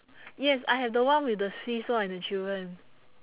yes I have the one with the seesaw and the children